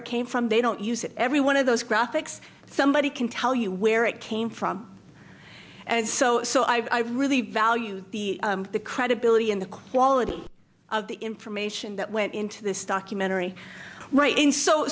it came from they don't use it every one of those graphics somebody can tell you where it came from and so so i really value the credibility and the quality of the information that went into this documentary right in so